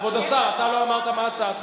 כבוד השר, אתה לא אמרת מה הצעתך.